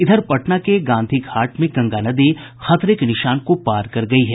इधर पटना के गांधी घाट में गंगा नदी खतरे के निशान को पार कर गयी है